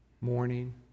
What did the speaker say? Morning